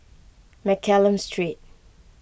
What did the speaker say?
Mccallum Street